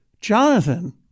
Jonathan